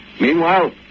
Meanwhile